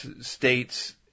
states